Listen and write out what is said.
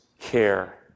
care